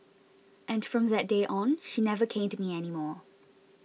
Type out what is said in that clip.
and from that day on she never caned me anymore